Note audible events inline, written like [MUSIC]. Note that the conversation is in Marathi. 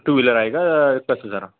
टू व्हीलर आहे का [UNINTELLIGIBLE]